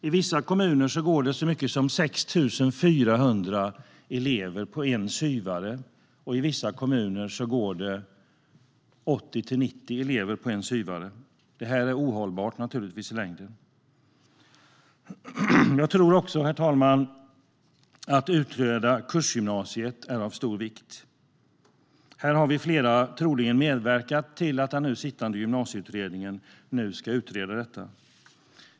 I vissa kommuner går det så många som 6 400 elever på en SYV:are, och i vissa kommuner går det 80-90 elever på en SYV:are. Detta är förstås ohållbart i längden. Jag tror också, herr talman, att det är av stor vikt att utreda kursgymnasiet. Här är vi troligen flera som har medverkat till att den nu sittande Gymnasieutredningen ska utreda detta.